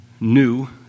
new